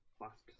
last